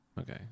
Okay